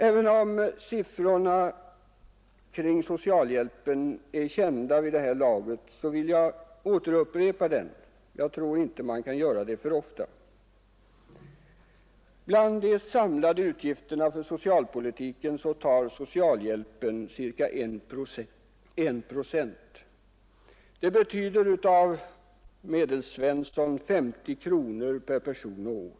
Även om siffrorna kring socialhjälpen är kända vid det här laget vill jag ändå upprepa dem, Jag tror inte att man kan göra det för ofta. Av de samlade utgifterna för socialpolitiken tar socialhjälpen ca 1 procent. Det betyder för Medelsvensson 50 kronor per person och år.